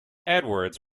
edwards